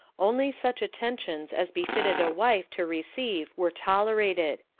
only such attentions as befitted a wife to receive were tolerated.